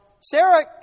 Sarah